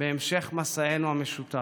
בהמשך מסענו המשותף.